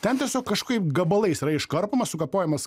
ten tiesiog kažkaip gabalais yra iškarpomas sukapojamas